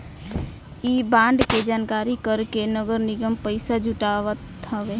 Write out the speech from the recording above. इ बांड के जारी करके नगर निगम पईसा जुटावत हवे